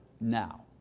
now